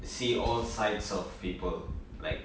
see all sides of people like